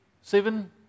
seven